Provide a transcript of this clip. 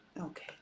okay